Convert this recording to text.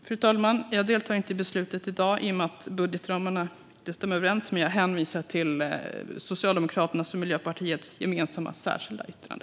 Fru talman! Jag deltar inte i beslutet i dag utan hänvisar till Socialdemokraternas och Miljöpartiets gemensamma särskilda yttrande.